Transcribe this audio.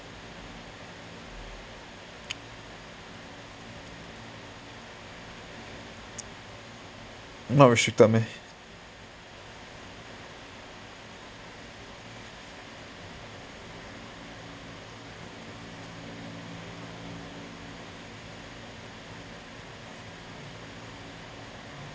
not restricted meh